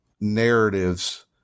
narratives